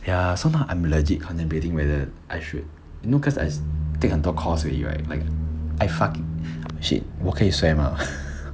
ya so now I'm legit contemplating whether I should you know cause I take 很多 course already right like I fucking shit 我可以 swear mah